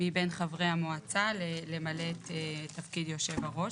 מבין חברי המועצה, למלא את תפקיד יושב-הראש.